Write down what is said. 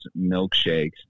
milkshakes